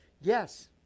yes